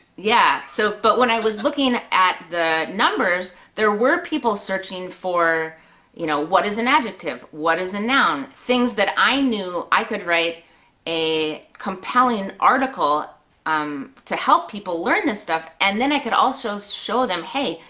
yeah, so but when i was looking at the numbers, there were people searching for you know what is an adjective? what is a noun? things that i knew i could write a compelling article um to help people learn this stuff and then i could also show them hey,